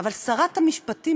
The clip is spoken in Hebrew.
אבל שרת המשפטים,